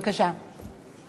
בבקשה.